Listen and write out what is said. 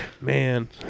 Man